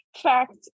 fact